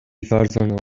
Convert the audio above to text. فرزند